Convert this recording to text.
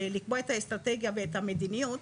לקבוע את האסטרטגיה והמדיניות,